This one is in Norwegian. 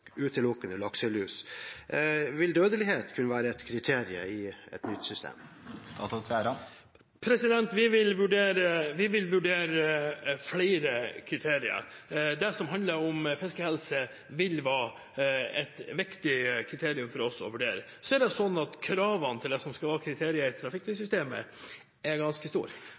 utelukkende handler om lakselus. Vil dødelighet kunne være et kriterium i et nytt system? Vi vil vurdere flere kriterier. Det som handler om fiskehelse, vil være et viktig kriterium å vurdere for oss. Men kravene til hva som skal være kriterier i trafikklyssystemet, er ganske store.